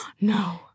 No